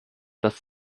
das